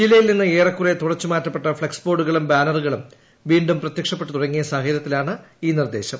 ജില്ലയിൽ നിന്ന് ഏറെക്കുറെ തുടച്ചുമാറ്റപ്പെട്ട ഫ്ളക്സ് ബോർഡുകളും ബാനറു കളും വീണ്ടും പ്രത്യക്ഷപ്പെട്ടുതുടങ്ങിയ സാഹചര്യത്തിലാണ് ഈ നിർദ്ദേശം